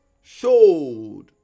showed